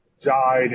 Died